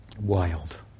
wild